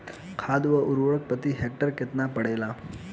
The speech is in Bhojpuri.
खाध व उर्वरक प्रति हेक्टेयर केतना पड़ेला?